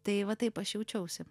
tai va taip aš jaučiausi